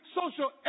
social